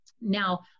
Now